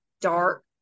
dark